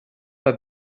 pas